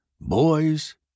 Boys